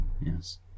yes